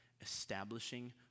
Establishing